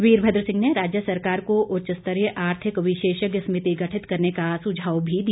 वीरभद्र सिंह ने राज्य सरकार को उच्च स्तरीय आर्थिक विशेषज्ञ समिति गठित करने का सुझाव भी दिया